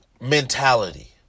mentality